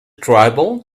tribal